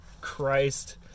Christ